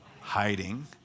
Hiding